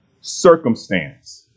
circumstance